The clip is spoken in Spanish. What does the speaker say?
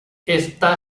está